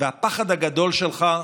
והפחד הגדול שלך,